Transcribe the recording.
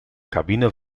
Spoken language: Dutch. cabine